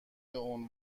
عناوین